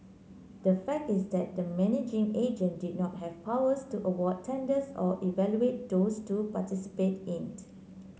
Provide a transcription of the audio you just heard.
the fact is that the managing agent did not have powers to award tenders or evaluate those to participated in